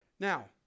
Now